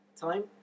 time